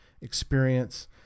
experience